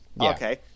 okay